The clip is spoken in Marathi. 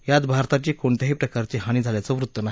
यात भारताची कोणत्याही प्रकारची हानी झाल्याचं वृत्त नाही